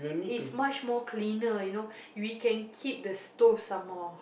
is much more cleaner you know we can keep the stove some more